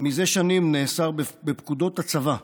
זה שנים נאסרה בפקודות הצבא,